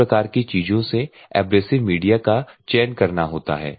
इस प्रकार की चीजों से एब्रेसिव मीडिया का चयन करना होता है